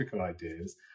ideas